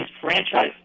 franchise